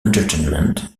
entertainment